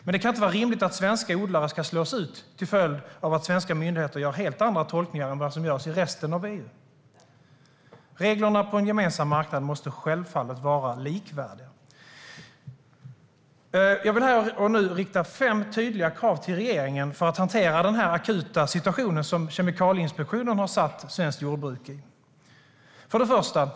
Men det kan vara inte rimligt att svenska odlare ska slås ut till följd av att svenska myndigheter gör helt andra tolkningar än vad som görs i resten av EU. Reglerna på en gemensam marknad måste självfallet vara likvärdiga. Jag vill här och nu rikta fem tydliga krav till regeringen för att hantera den akuta situation Kemikalieinspektionen har satt svenskt jordbruk i.